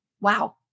Wow